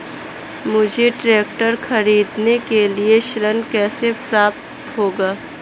मुझे ट्रैक्टर खरीदने के लिए ऋण कैसे प्राप्त होगा?